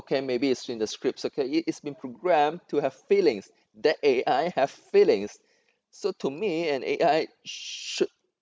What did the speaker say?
okay maybe it's in the scripts okay it it's been programmed to have feelings that A_I have feelings so to me an A_I should